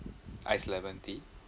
ice lemon tea